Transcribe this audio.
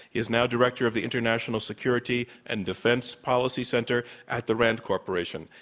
he is now director of the international security and defense policy center at the rand corporation.